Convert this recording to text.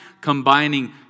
combining